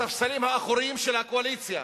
הספסלים האחוריים של הקואליציה,